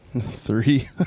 Three